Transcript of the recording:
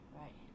right